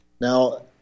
Now